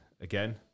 Again